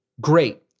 great